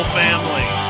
family